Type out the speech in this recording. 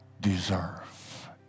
deserve